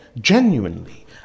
genuinely